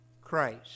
Christ